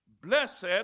Blessed